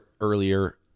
earlier